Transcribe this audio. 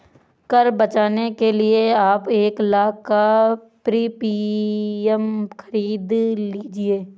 कर बचाने के लिए आप एक लाख़ का प्रीमियम खरीद लीजिए